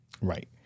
Right